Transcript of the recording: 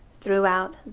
throughout